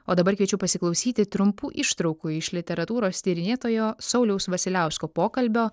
o dabar kviečiu pasiklausyti trumpų ištraukų iš literatūros tyrinėtojo sauliaus vasiliausko pokalbio